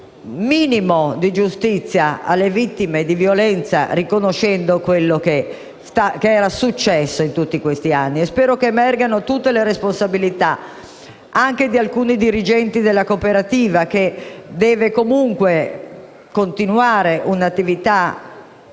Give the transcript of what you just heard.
minimo di giustizia alle vittime di violenza, ammettendo quello che era successo in tutti questi anni. Spero che emergano tutte le responsabilità, anche di alcuni dirigenti della cooperativa, che deve comunque continuare un'attività